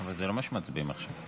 אבל זה לא מה שמצביעים עליו עכשיו.